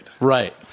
Right